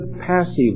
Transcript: passive